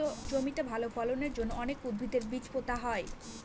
জমিতে ভালো ফলনের জন্য অনেক উদ্ভিদের বীজ পোতা হয়